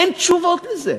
אין תשובות על זה,